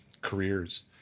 careers